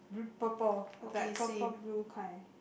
bl~ purple that purple blue kind